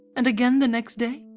and again the next day,